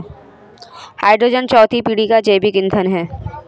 hydrogen चौथी पीढ़ी का जैविक ईंधन है